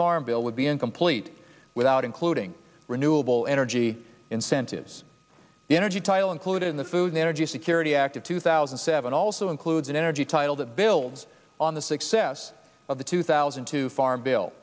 farm bill would be incomplete without including renewable energy incentives the energy title included in the food energy security act of two thousand and seven also includes an energy title that builds on the success of the two thousand two farm bil